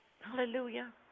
Hallelujah